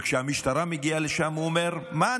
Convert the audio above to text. וכשהמשטרה מגיעה לשם הוא אומר: מה?